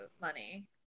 money